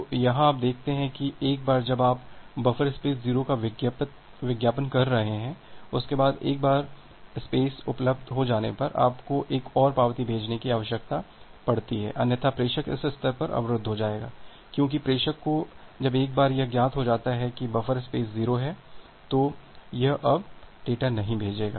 तो यहाँ आप देख सकते हैं कि एक बार जब आप बफर स्पेस 0 का विज्ञापन कर रहे हैं उसके बाद एक बार बफर स्पेस उपलब्ध हो जाने पर आपको एक और पावती भेजने की आवश्यकता है अन्यथा प्रेषक इस स्तर पर अवरुद्ध हो जाएगा क्योंकि प्रेषक को जब एक बार यह ज्ञात हो जाता है कि बफर स्पेस 0 है तो यह अब डेटा नहीं भेजेगा